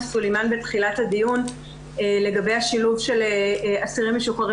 סלימאן בתחילת הדיון לגבי השילוב של אסירים משוחררים